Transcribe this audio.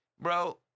Bro